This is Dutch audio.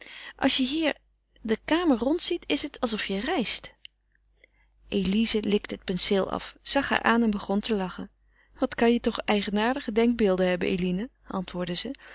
als je hier de kamer rondziet is het alsof je reist elize likte het penseel af zag haar aan en begon te lachen wat kan je toch eigenaardige denkbeelden hebben eline antwoordde ze